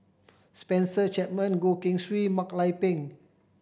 Spencer Chapman Goh Keng Swee Mak Lai Peng